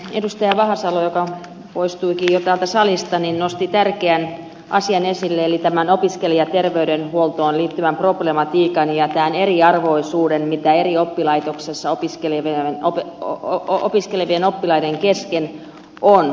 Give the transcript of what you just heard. vahasalo joka poistuikin jo täältä salista nosti esille tärkeän asian eli tämän opiskelijaterveydenhuoltoon liittyvän problematiikan ja tämän eriarvoisuuden mitä eri oppilaitoksissa opiskelevien oppilaiden kesken on